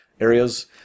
areas